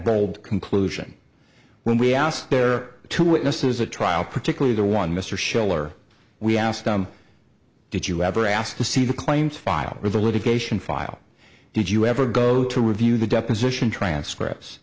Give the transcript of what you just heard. bold conclusion when we asked their two witnesses a trial particularly the one mr schiller we asked them did you ever ask to see the claims filed or the litigation file did you ever go to review the deposition transcripts